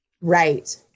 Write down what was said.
Right